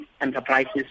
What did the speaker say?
enterprises